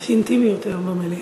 יש אינטימיות היום במליאה.